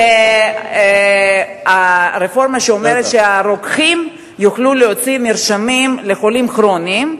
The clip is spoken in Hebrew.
זו הרפורמה שאומרת שהרוקחים יוכלו להוציא מרשמים לחולים כרוניים,